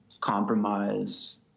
compromise